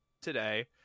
today